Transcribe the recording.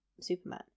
Superman